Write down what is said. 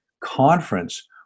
conference